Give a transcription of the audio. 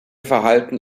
verhalten